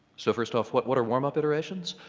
so first off, what what are warmup iterations?